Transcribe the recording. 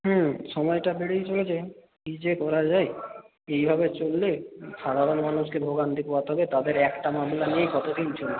হুম সময়টা বেড়েই চলেছে কী যে করা যায় এইভাবে চললে সাধারণ মানুষকে ভোগান্তি পোহাতে হবে তাদের একটা মামলা নিয়েই কতো দিন চলছে